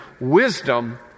wisdom